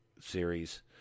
series